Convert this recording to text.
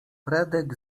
fredek